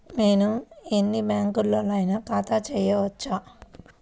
నేను ఎన్ని బ్యాంకులలోనైనా ఖాతా చేయవచ్చా?